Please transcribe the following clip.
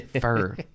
fur